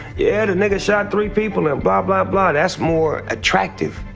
yeah, the nigga shot three people' and blah, blah, blah. that's more attractive!